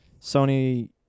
Sony